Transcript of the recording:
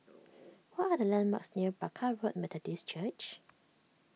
what are the landmarks near Barker Road Methodist Church